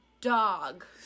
Dog